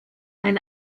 ein